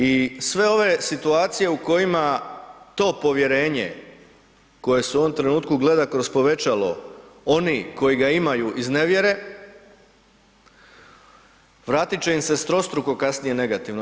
I sve ove situacije u kojima to povjerenje koje se u ovom trenutku gleda kroz povećalo, oni koji ga imaju iznevjere, vratit će im se strostruko kasnije negativno.